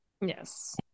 Yes